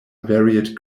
varied